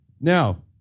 now